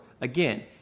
again